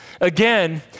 Again